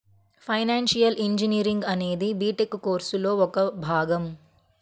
financial engineering అనేది B Tech కోర్సులో ఒక భాగం